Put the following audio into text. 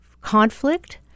Conflict